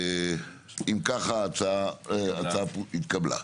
אם כך ההצעה התקבלה.